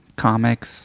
comics